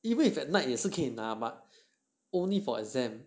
even at night 也是可以拿 but only for exam